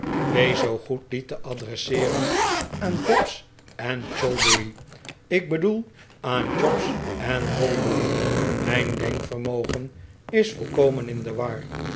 wees zoo goed dien te adresseeren aan bobbs en cholberry ik bedoel aan chobbs en bolberry mijn denkvermogen is volkomen in de war